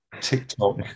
TikTok